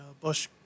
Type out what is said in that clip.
Bush